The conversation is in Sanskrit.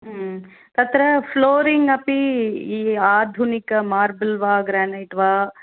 तत्र फ़्लोरिङ्ग् अपि आधिनिक मार्बल् वा ग्रेनैट् वा